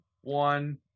one